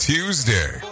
Tuesday